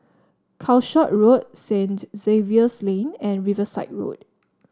Calshot Road Saint Xavier's Lane and Riverside Road